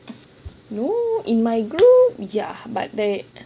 no in my group ya but there are